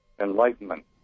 enlightenment